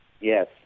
Yes